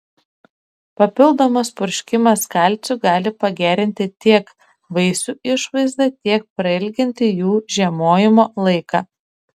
papildomas purškimas kalciu gali pagerinti tiek vaisių išvaizdą tiek prailginti jų žiemojimo laiką